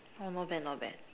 uh not bad not bad